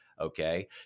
Okay